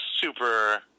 super